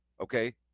Okay